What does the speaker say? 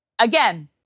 Again